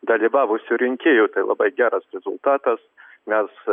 dalyvavusių rinkėjų tai labai geras rezultatas mes